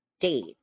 date